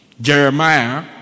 Jeremiah